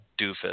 doofus